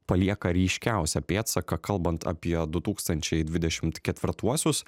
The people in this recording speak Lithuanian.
palieka ryškiausią pėdsaką kalbant apie du tūkstančiai dvidešimt ketvirtuosius